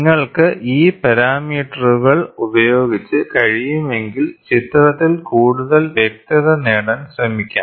നിങ്ങൾക്ക് ഈ പാരാമീറ്ററുകൾ ഉപയോഗിച്ച് കഴിയുമെങ്കിൽ ചിത്രത്തിൽ കൂടുതൽ വ്യക്തത നേടാൻ ശ്രമിക്കാം